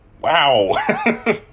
wow